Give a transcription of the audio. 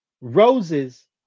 roses